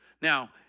Now